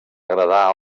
agradar